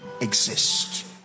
exist